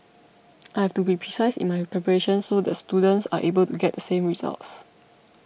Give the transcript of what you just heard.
I have to be precise in my preparations so the students are able to get the same results